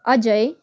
Ajay